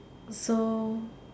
so